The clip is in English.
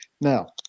Now